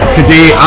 today